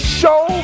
show